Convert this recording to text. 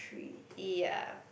ya